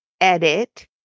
edit